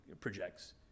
projects